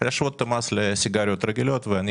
המוטל על סיגריות רגילות ואני